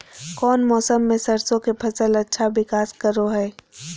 कौन मौसम मैं सरसों के फसल अच्छा विकास करो हय?